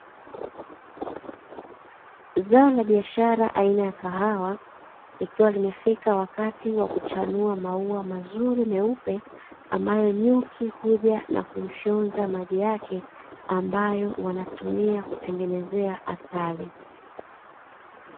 Zao la biashara aina ya kahawa ikiwa limefika wakati wa kuchanua maua mazuri meupe, ambayo nyuki huja na kuifyonza maji yake ambayo wanatumia kutengeneza asali.